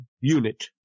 unit